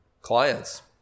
clients